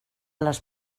les